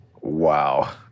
Wow